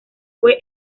fue